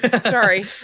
Sorry